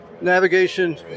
navigation